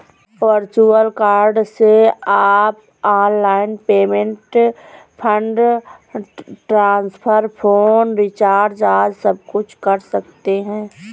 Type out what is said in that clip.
virtual card से आप online payment, fund transfer, phone recharge आदि सबकुछ कर सकते हैं